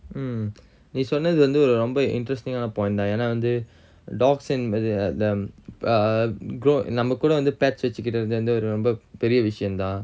mm நீ சொன்னது வந்து ரொம்ப:nee sonnathu vanthu romba interesting ஆன:aana point ஏன்னா வந்து:eanna vanthu dogs and uh um uh grow நம்ம கூட வந்து:namma kooda vanthu pet வச்சிக்கிறது வந்து ஒரு ரொம்ப பெரிய விசயம் தான்:vachikkirathu vanthu oru romba periya visayam than